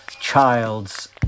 child's